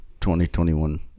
2021